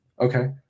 Okay